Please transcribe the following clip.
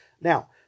Now